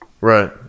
Right